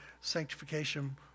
sanctification